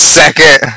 second